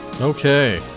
Okay